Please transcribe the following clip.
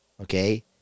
Okay